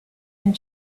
and